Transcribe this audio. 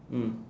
mm